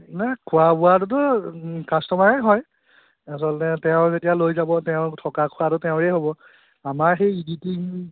নাই খোৱা বোৱাটোতো কাষ্টমাৰৰে হয় আচলতে তেওঁ যেতিয়া লৈ যাব তেওঁ থকা খোৱাটো তেওঁৰেই হ'ব আমাৰ সেই ইডিটিং